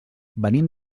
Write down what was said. venim